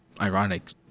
ironic